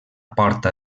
porta